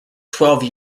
twelve